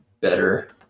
better